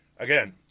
Again